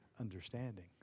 understanding